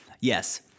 yes